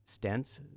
stents